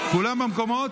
כולם במקומות?